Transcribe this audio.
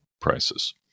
prices